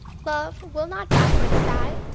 love will not backward sigh,